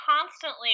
constantly